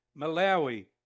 Malawi